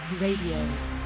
Radio